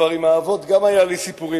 עם האבות כבר גם היו לי סיפורים,